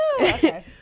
Okay